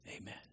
Amen